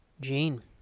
Gene